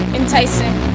enticing